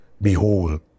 Behold